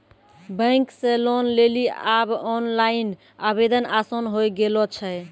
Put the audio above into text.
bank से loan लेली आब ओनलाइन आवेदन आसान होय गेलो छै